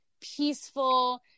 peaceful